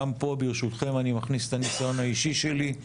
גם פה ברשותכם אני מכניס את הניסיון האישי שלי.